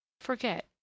forget